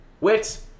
Wits